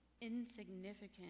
insignificant